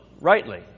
rightly